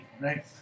right